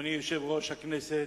אדוני יושב-ראש הכנסת,